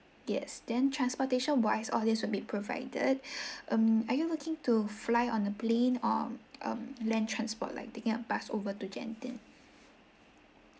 yes then transportation wise all this will be provided um are you looking to fly on a plane um or land transport like taking a bus over to genting